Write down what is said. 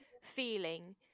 feeling